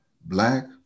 Black